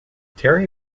terry